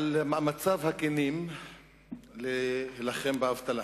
על מאמציו הכנים להילחם באבטלה.